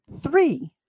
three